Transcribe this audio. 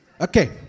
Okay